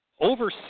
over